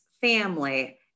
family